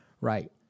Right